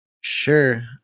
Sure